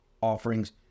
offerings